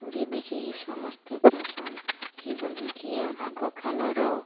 story ଦେଖିକି ସମସ୍ତେ fashion ହେଇଗଲେଣି କିଏ ଆଗକାଳର